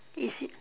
is it